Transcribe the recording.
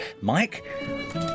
Mike